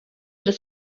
das